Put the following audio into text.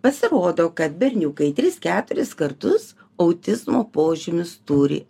pasirodo kad berniukai tris keturis kartus autizmo požymius turi